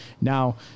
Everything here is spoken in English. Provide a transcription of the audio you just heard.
Now